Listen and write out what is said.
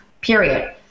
period